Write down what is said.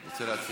הוא רוצה להציע.